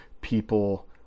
people